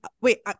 wait